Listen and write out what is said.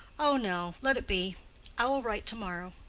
oh no, let it be i will write to-morrow.